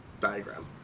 diagram